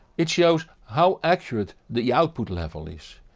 it shows how accurate the output level is.